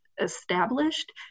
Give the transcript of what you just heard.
established